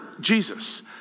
Jesus